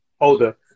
older